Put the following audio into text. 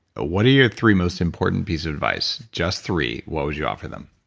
what are your three most important pieces of advice? just three. what would you offer them?